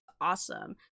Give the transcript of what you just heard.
awesome